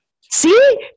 See